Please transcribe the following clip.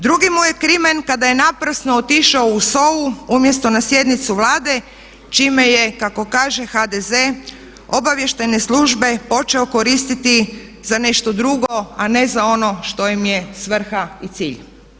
Drugi mu je krimen kada je naprosto otišao u SOA-u umjesto na sjednicu Vlade čime je kako kaže HDZ obavještajne službe počeo koristiti za nešto drugo a ne za ono što im je svrha i cilj.